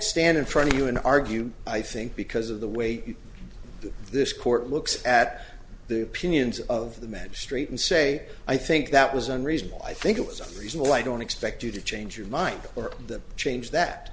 stand in front of you and argue i think because of the way this court looks at the opinions of the magistrate and say i think that was unreasonable i think it was unreasonable i don't expect you to change your mind or the change that